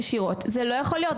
זה לא יכול להיות.